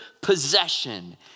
possession